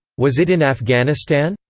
was it in afghanistan?